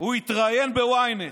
הוא התראיין ב-ynet,